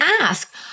ask